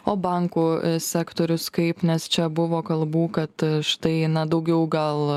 o bankų sektorius kaip nes čia buvo kalbų kad štai eina daugiau gal